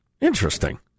Interesting